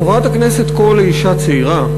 חברת הכנסת קול היא אישה צעירה,